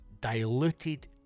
diluted